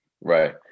Right